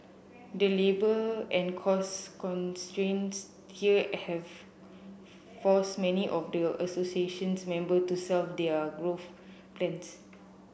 the labour and cost constraints here have forced many of the association's member to shelf their growth plans